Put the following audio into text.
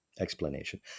explanation